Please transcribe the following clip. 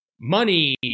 money